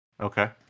Okay